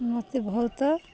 ମୋତେ ବହୁତ